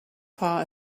far